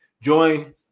join